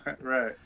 Right